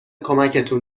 کمکتون